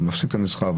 ומפסיק את המסחר,